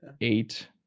eight